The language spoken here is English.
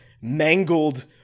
mangled